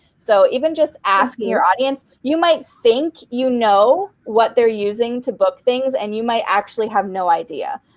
so even just asking your audience, you might think you know what they're using to book things and you might actually have no idea.